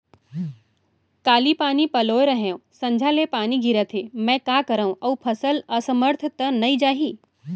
काली पानी पलोय रहेंव, संझा ले पानी गिरत हे, मैं का करंव अऊ फसल असमर्थ त नई जाही?